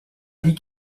dit